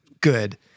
good